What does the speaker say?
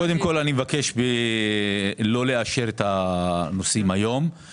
קודם כול אני מבקש לא לאשר את הנושאים היום,